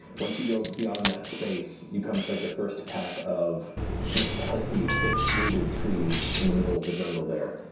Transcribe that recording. once you go beyond that space, you come to like the first pack of kind of healthy, thick-rooted trees in the middle of the jungle there.